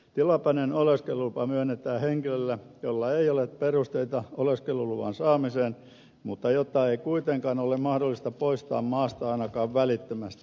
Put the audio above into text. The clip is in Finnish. tilapäinen oleskelulupa myönnetään henkilölle jolla ei ole perusteita oleskeluluvan saamiseen mutta jota ei kuitenkaan ole mahdollista poistaa maasta ainakaan välittömästi